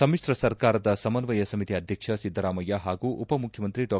ಸಮಿತ್ರ ಸರ್ಕಾರದ ಸಮನ್ವಯ ಸಮಿತಿ ಅಧ್ಯಕ್ಷ ಸಿದ್ದರಾಮಯ್ಯ ಹಾಗೂ ಉಪಮುಖ್ಯಮಂತ್ರಿ ಡಾ